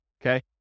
okay